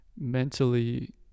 mentally